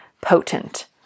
potent